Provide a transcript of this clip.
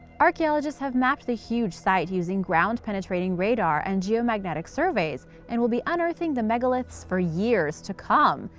archaeologists have mapped the huge site using ground-penetrating radar and geomagnetic surveys and will be unearthing the megaliths for years to come,